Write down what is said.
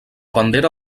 bandera